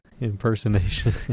impersonation